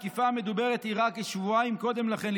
לדבריה, התקיפה המדוברת אירעה כשבועיים קודם לכן.